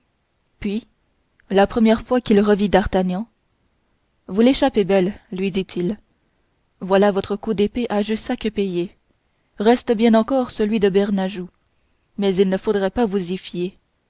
puis la première fois qu'il revit d'artagnan vous l'échappez belle lui dit-il voilà votre coup d'épée à jussac payé reste bien encore celui de bernajoux mais il ne faudrait pas trop vous y fier